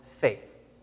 faith